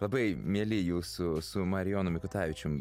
labai mieli jūsų su marijonu mikutavičium